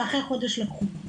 ואחרי חודש לקחו.